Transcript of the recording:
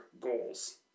goals